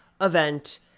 event